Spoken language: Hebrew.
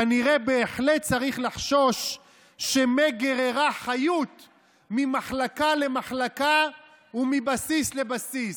כנראה בהחלט צריך לחשוש שמא גררה חיות ממחלקה למחלקה ומבסיס לבסיס.